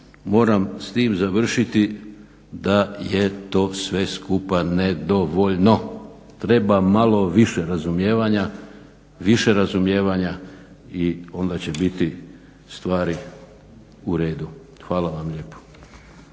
moram s tim završiti, da je to sve skupa nedovoljno, treba malo više razumijevanja, više razumijevanja i onda će biti stvari u redu. Hvala vam lijepo.